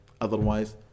otherwise